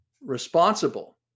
responsible